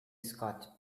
scott